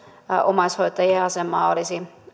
omaishoitajien asemaa olisi